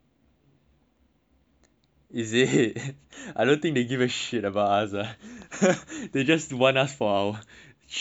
is it I don't think they give a shit about us ah they just want us for our shitty conversations